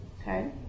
Okay